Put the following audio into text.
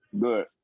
Good